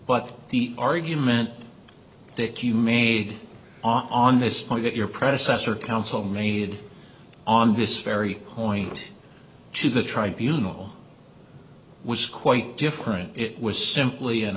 but the argument that you made on this point that your predecessor counsel made on this very point to the tribunals was quite different it was simply an